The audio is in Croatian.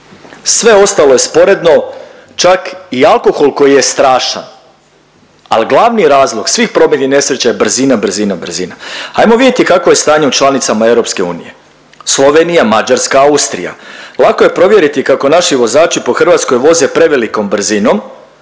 Sve ostalo je sporedno čak i alkohol koji je strašan, al glavni razlog svih prometnih nesreća je brzina, brzina, brzina. Ajmo vidjeti kakvo je stanje u članicama EU. Slovenija, Mađarska, Austrija lako je provjeriti kako naši vozači po Hrvatskoj voze prevelikom brzinom,